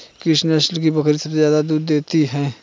किस नस्ल की बकरी सबसे ज्यादा दूध देती है?